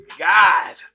God